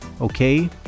okay